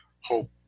hope